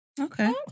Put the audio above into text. Okay